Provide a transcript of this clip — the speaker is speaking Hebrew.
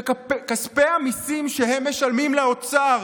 שכספי המיסים שהם משלמים לאוצר